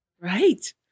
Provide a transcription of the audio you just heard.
Right